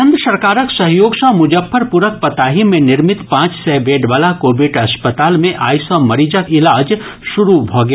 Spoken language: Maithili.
केंद्र सरकारक सहयोग सँ मुजफ्फरपुरक पताही मे निर्मित पांच सय बेडवला कोविड अस्पताल मे आइ सँ मरीजक इलाज शुरू भऽ गेल